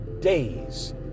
days